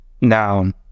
Now